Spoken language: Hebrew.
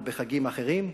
ובחגים אחרים,